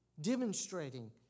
demonstrating